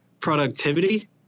productivity